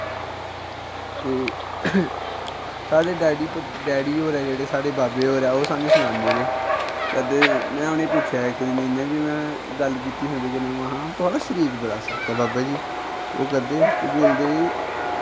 ते साढ़े daddy daddy होरें जेह्ड़े साढ़े बाबे होर ऐ ओह् सानूं सनांदे रेह् ते मैं उ'नें गी पुच्छेआ इक दिन इ'यां बी मैं गल्ल कीती उं'दे कन्नै महा थुआढ़ा शरीर बड़ा सख्त ऐ बाबा जी ओह् करदे केह् बोलदे